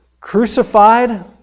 crucified